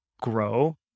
grow